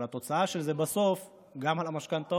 אבל התוצאה של זה חלה בסוף גם על המשכנתאות.